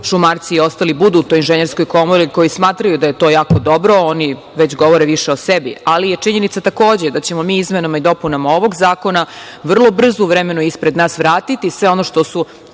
Šumarci i ostali budu u toj inženjerskoj komori, koji smatraju da je to jako dobro, oni već govore više o sebi, ali je činjenica takođe da ćemo mi izmenama i dopunama ovog zakona vrlo brzo u vremenu ispred nas vratiti sve ono što su